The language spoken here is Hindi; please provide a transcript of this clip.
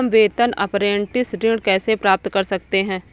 हम वेतन अपरेंटिस ऋण कैसे प्राप्त कर सकते हैं?